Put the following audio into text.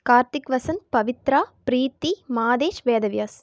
Karthik Vasanth Pavithra Preethi Mathesh Vedavyas